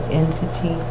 entity